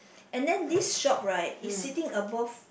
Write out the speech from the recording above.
and then this shop right is sitting above